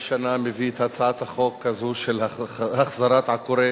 שנה מביא את הצעת החוק הזו של החזרת עקורי